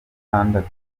gatandatu